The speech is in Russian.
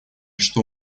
что